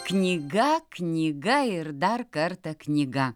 knyga knyga ir dar kartą knyga